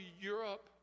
Europe